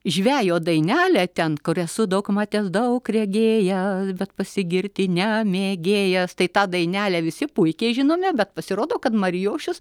žvejo dainelę ten kur esu daug matęs daug regėjęs bet pasigirti ne mėgėjas tai tą dainelę visi puikiai žinome bet pasirodo kad marijošius